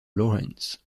lawrence